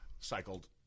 Cycled